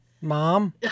Mom